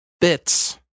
bits